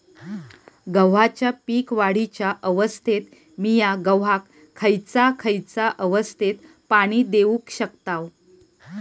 गव्हाच्या पीक वाढीच्या अवस्थेत मिया गव्हाक खैयचा खैयचा अवस्थेत पाणी देउक शकताव?